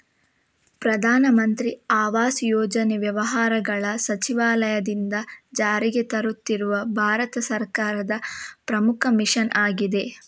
ಪ್ರಧಾನ ಮಂತ್ರಿ ಆವಾಸ್ ಯೋಜನೆ ವ್ಯವಹಾರಗಳ ಸಚಿವಾಲಯದಿಂದ ಜಾರಿಗೆ ತರುತ್ತಿರುವ ಭಾರತ ಸರ್ಕಾರದ ಪ್ರಮುಖ ಮಿಷನ್ ಆಗಿದೆ